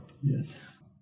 Yes